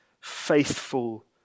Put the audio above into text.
faithful